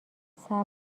صبر